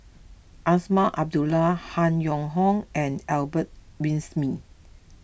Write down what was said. Azman Abdullah Han Yong Hong and Albert Winsemius